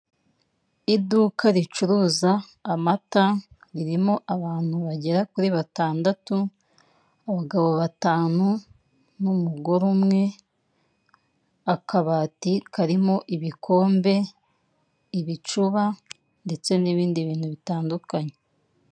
Iduka ricuruza amata ririmo abantu bagera kuri batandatu. Abagabo batanu n'umugore umwe; akabati karimo ibikombe, ibicuba ndetse n'ibindi bintu bitandukanye.